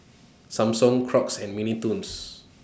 Samsung Crocs and Mini Toons